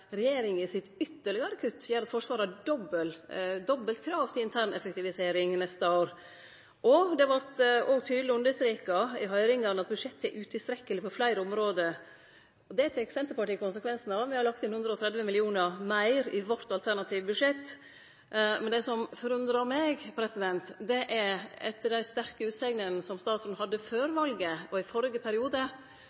regjeringa sitt ytterlegare kutt gjer at Forsvaret har eit dobbelt krav til intern effektivisering neste år. Det vart òg tydeleg understreka i høyringa at budsjettet er utilstrekkeleg på fleire område. Det tek Senterpartiet konsekvensen av: Me har lagt inn 130 mill. kr meir i vårt alternative budsjett. Men det som forundrar meg – etter dei sterke utsegnene som statsråden hadde før